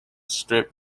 strip